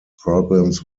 problems